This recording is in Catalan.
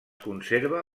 conserva